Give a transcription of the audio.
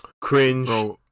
cringe